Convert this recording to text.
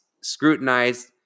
scrutinized